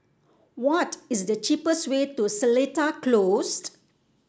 what is the cheapest way to Seletar Closed